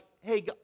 hey